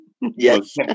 Yes